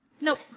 Nope